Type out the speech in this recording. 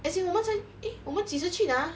as in 我们才 eh 我们几时去的 ah